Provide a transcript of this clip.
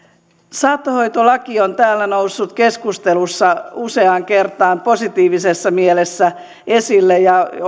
saattohoitolaki on täällä noussut keskustelussa useaan kertaan positiivisessa mielessä esille ja